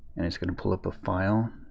and is going to pull up a file